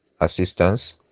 assistance